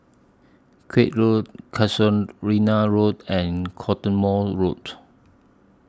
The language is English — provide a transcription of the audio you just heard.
Koek Road Casuarina Road and Cottesmore Road